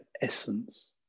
essence